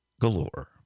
galore